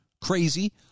crazy